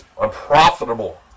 unprofitable